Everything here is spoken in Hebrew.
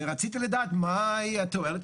ורציתי לדעת מהי התועלת,